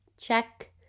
Check